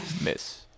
Miss